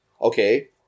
okay